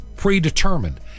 predetermined